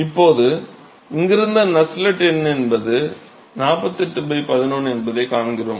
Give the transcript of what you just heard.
இங்கிருந்து நஸ்ஸெல்ட் எண் என்பது 48 11 என்பதைக் காண்கிறோம்